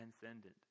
transcendent